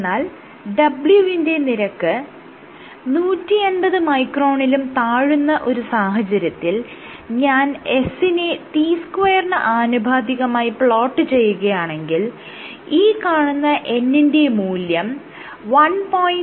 എന്നാൽ w വിന്റെ നിരക്ക് 150 മൈക്രോണിലും താഴുന്ന ഒരു സാഹചര്യത്തിൽ ഞാൻ s നെ t2 ന് ആനുപാതികമായി പ്ലോട്ട് ചെയ്യുകയാണെങ്കിൽ ഈ കാണുന്ന n ന്റെ മൂല്യം 1